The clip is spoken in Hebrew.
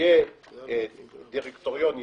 שיהיה דירקטוריון יעיל,